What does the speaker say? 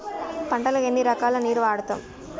పంటలకు ఎన్ని రకాల నీరు వాడుతం?